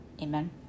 amen